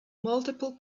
multiple